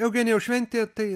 eugenijau šventė tai